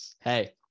Hey